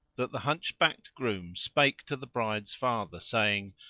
that the hunchbacked groom spake to the bride's father saying,